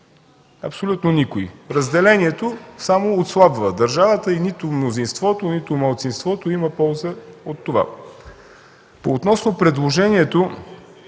Абсолютно никой! Разделението само отслабва държавата и нито мнозинството, нито малцинството имат полза от това. Относно предложението